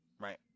Right